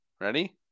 Ready